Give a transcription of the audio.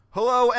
Hello